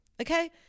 okay